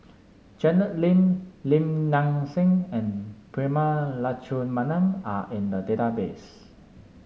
Janet Lim Lim Nang Seng and Prema Letchumanan are in the database